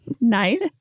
Nice